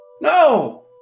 no